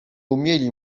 umieli